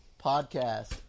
podcast